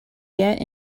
get